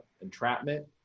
entrapment